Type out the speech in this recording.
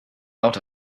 out